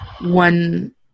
one